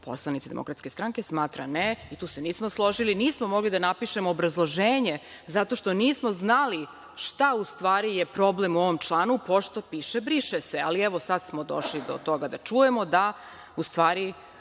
Poslanica DS smatra da ne i tu se nismo složili. Nismo mogli da napišemo obrazloženje zato što nismo znali šta je u stvari problem u ovom članu, pošto piše „briše se“. Ali, evo, sad smo došli do toga da čujemo da u stvari